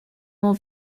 more